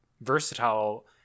versatile